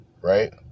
Right